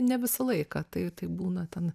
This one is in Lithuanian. ne visą laiką tai tai būna ten